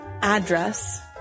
address